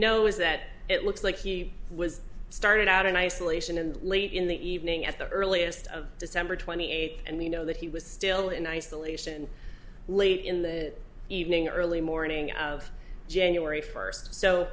know is that it looks like he was started out in isolation and late in the evening at the earliest of december twenty eighth and we know that he was still in isolation late in the evening or early morning of january first so